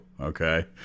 Okay